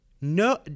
No